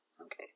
okay